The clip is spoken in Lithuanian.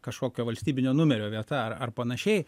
kažkokio valstybinio numerio vieta ar ar panašiai